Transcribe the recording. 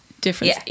difference